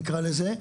נקרא לזה,